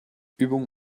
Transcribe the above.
übung